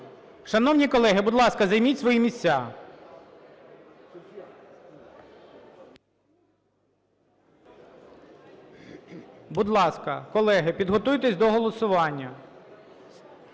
Шановні колеги, будь ласка, займіть свої місця. Будь ласка, колеги, підготуйтесь до голосування.